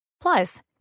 Plus